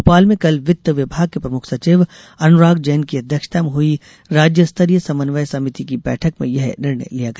भोपाल में कल वित्त विभाग के प्रमुख सचिव अनुराग जैन की अध्यक्षता में हई राज्य स्तरीय समन्वय समिति की बैठक में यह निर्णय लिया गया